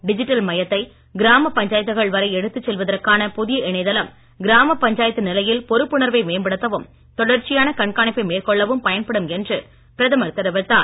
digital மயத்தை கிராமப் பஞ்சாயத்துகள் வரை எடுத்துச் செல்வதற்கான புதிய இணையதளம் கிராமப் பஞ்சாயத்து நிலையில் பொறுப்புணர்வை மேம்படுத்தவும் தொடர்ச்சியான கண்காணிப்பை மேற்கொள்ளவும் பயன்படும் என்று பிரதமர் தெரிவித்தார்